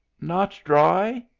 not dry?